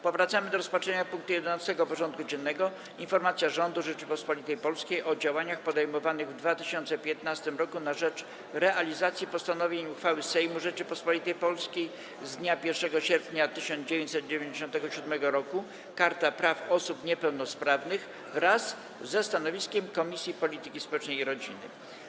Powracamy do rozpatrzenia punktu 11. porządku dziennego: Informacja rządu Rzeczypospolitej Polskiej o działaniach podejmowanych w 2015 roku na rzecz realizacji postanowień uchwały Sejmu Rzeczypospolitej Polskiej z dnia 1 sierpnia 1997 r. Karta Praw Osób Niepełnosprawnych wraz ze stanowiskiem Komisji Polityki Społecznej i Rodziny.